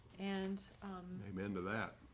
and amen to that.